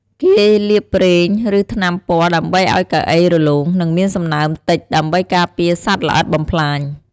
គេលាបប្រេង ឬថ្នាំពណ៌ដើម្បីឲ្យកៅអីរលោង និងមានសំណើមតិច ដើម្បីការពារសត្វល្អិតបំផ្លាញ។